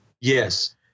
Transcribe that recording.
Yes